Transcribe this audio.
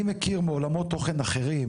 אני מכיר מעולמות תוכן אחרים,